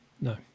No